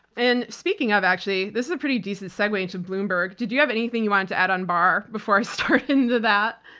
and speaking of actually this is a pretty decent segue into bloomberg. did you have anything you wanted to add on barr before i start into that?